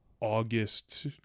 August –